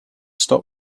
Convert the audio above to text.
stop